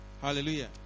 hallelujah